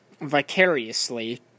vicariously